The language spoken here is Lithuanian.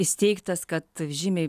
įsteigtas kad žymiai